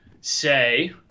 say